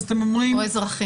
אז אתם אומרים --- או אזרחי.